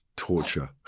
torture